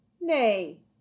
Nay